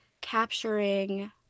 capturing